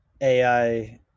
AI